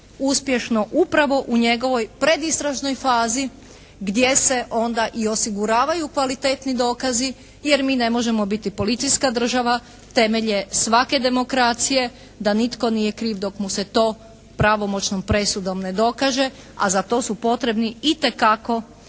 uspješno upravo u njegovoj predistražnoj fazi gdje se onda i osiguravaju kvalitetni dokazi, jer mi ne možemo biti policijska država temelj je svake demokracije da nitko nije kriv dok mu se to pravomoćnom presudom ne dokaže, a za to su potrebni itekako